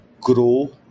grow